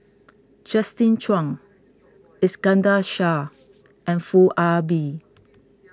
Justin Zhuang Iskandar Shah and Foo Ah Bee